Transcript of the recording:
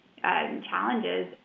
Challenges